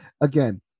Again